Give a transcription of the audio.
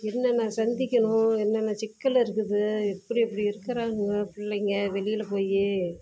என்னென்ன சந்திக்கணும் என்னென்ன சிக்கல் இருக்குது எப்படி எப்படி இருக்கிறாங்க பிள்ளைங்க வெளியில் போய்